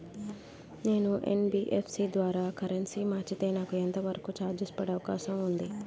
నేను యన్.బి.ఎఫ్.సి ద్వారా కరెన్సీ మార్చితే నాకు ఎంత వరకు చార్జెస్ పడే అవకాశం ఉంది?